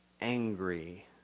angry